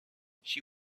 she